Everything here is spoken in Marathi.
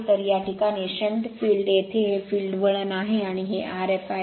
तर या प्रकरणात शंट फील्ड येथे हे फील्ड वळण आहे आणि हे Rf आहे